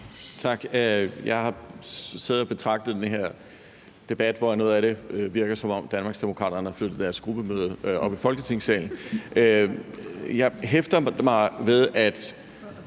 Tak. Jeg har siddet og betragtet den her debat, hvor noget af det virker, som om Danmarksdemokraterne har flyttet deres gruppemøde ind i Folketingssalen. Jeg hæfter mig ved, at